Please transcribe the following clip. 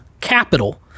capital